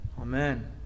Amen